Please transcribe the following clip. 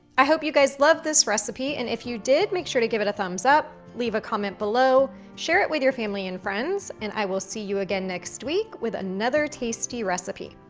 i hope you guys loved this recipe, and if you did, make sure to give it a thumbs up, leave a comment below, share it with your family and friends, and i will see you again next week with another tasty recipe.